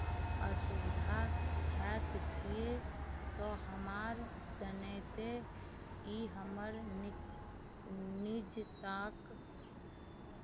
असुविधा हएत किएक तऽ हमरा जनैत ई हमर निज निजताक